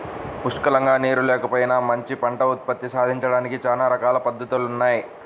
పుష్కలంగా నీరు లేకపోయినా మంచి పంట ఉత్పత్తి సాధించడానికి చానా రకాల పద్దతులున్నయ్